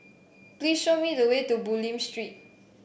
please show me the way to Bulim Street